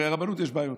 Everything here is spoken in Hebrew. הרי ברבנות יש בעיות.